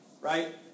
Right